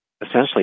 essentially